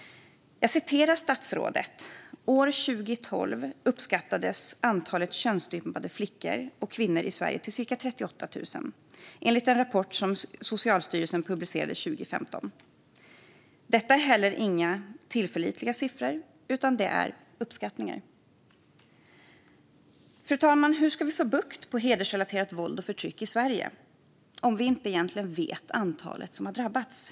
Jag citerar statsrådet: "År 2012 uppskattades antalet könsstympade flickor och kvinnor i Sverige till cirka 38 000, enligt en rapport som Socialstyrelsen publicerade 2015." Detta är heller inga tillförlitliga siffror, utan det är uppskattningar. Fru talman! Hur ska vi få bukt med hedersrelaterat våld och förtryck i Sverige om vi inte egentligen vet antalet som har drabbats?